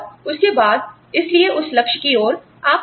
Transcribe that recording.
और उसके बाद आप जानते हैं इसलिए उस लक्ष्य की ओर आप काम करते हैं